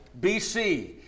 BC